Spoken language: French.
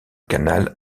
canal